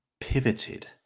pivoted